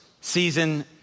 season